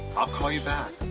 i'll call you back.